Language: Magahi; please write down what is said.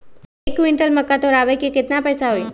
एक क्विंटल मक्का तुरावे के केतना पैसा होई?